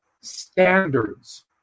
standards